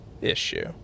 issue